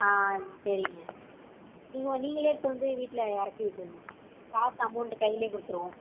ஆ சரிங்க நீங்கள் நீங்களே எடுத்து வந்து வீட்டில் இறக்கி விட்டுருங்க காசு அமௌண்ட்டு கைலையே கொடுத்துருவோம்